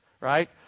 right